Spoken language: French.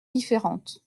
différente